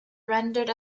rendered